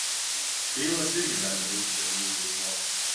feilas irgi gali būti galimybė išmokti